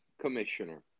commissioner